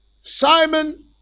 Simon